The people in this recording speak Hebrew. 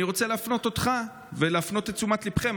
אני רוצה להפנות אותך ולהפנות את תשומת ליבכם,